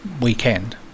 Weekend